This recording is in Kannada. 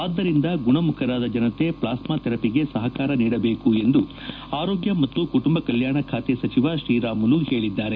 ಆಧ್ಲರಿಂದ ಗುಣಮುಖರಾದ ಜನತೆ ಪ್ಲಾಸ್ತಾ ಥೆರಪಿಗೆ ಸಹಕಾರ ನೀಡಬೇಕು ಎಂದು ಆರೋಗ್ಯ ಮತ್ತು ಕುಟುಂಬ ಕಲ್ಲಾಣ ಖಾತೆ ಸಚಿವ ತ್ರೀರಾಮುಲು ಹೇಳಿದ್ದಾರೆ